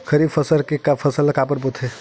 खरीफ के फसल ला काबर बोथे?